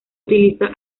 utiliza